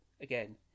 again